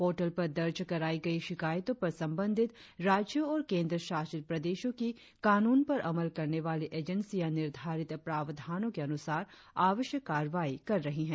portal पर दर्ज करायी गयी शिकायतों पर संबंधित राज्यों और केंद्र शासित प्रदेशों की कानून पर अमल करने वाली एजेंसियां निर्धारित प्रावधानों के अनुसार आवश्यक कार्रवाई कर रही हैं